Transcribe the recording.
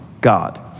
God